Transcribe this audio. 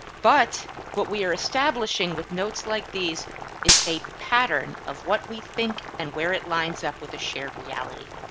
but what we are establishing with notes like these is a pattern of what we think and where it lines up with the shared reality.